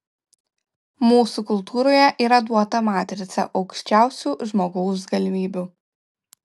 mūsų kultūroje yra duota matrica aukščiausių žmogaus galimybių